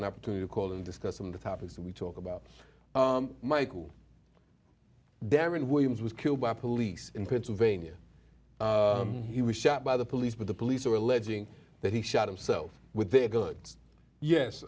an opportunity to call and discuss some of the topics we talk about michael deron williams was killed by police in pennsylvania he was shot by the police but the police are alleging that he shot himself with their goods yes